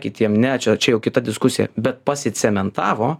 kitiem ne čia čia jau kita diskusija bet pasi cementavo